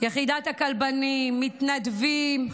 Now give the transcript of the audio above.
יחידת הכלבנים, מתנדבים,